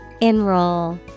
Enroll